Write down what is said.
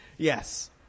Yes